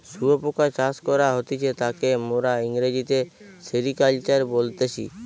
শুয়োপোকা চাষ করা হতিছে তাকে মোরা ইংরেজিতে সেরিকালচার বলতেছি